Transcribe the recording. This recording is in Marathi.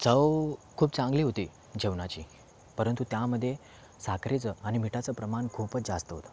चव खूप चांगली होती जेवणाची परंतु त्यामध्ये साखरेचं आणि मिठाचं प्रमाण खूपच जास्त होतं